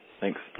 Thanks